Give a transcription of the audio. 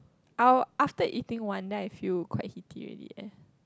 I will after eating one then I feel quite heaty already leh